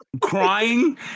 crying